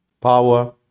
power